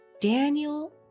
Daniel